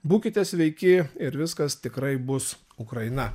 būkite sveiki ir viskas tikrai bus ukraina